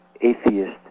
atheist